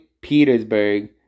Petersburg